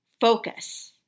focus